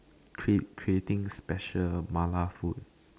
crew creating special malay food